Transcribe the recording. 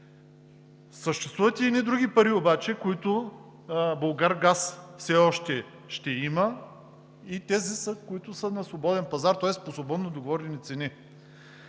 Съществуват и едни други пари, които Булгаргаз все още ще има – тези, които са на свободен пазар, тоест по свободно договорени цени.